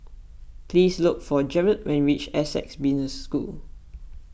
please look for Jared when you reach Essec Business School